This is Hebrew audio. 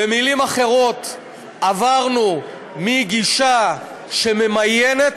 במילים אחרות: עברנו מגישה שממיינת